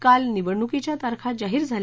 काल निवडणुकीच्या तारखा जाहीर झाल्या